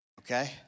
Okay